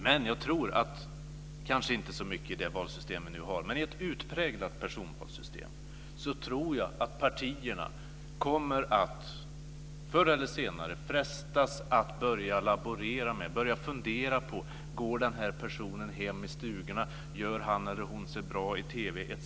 Men jag tror - inte i det valsystem vi nu har - att i ett utpräglat personvalssystem kommer partierna att förr eller senare frestas att laborera med och fundera på om denna person går hem i stugorna. Gör han eller hon sig bra i TV, etc.?